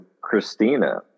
Christina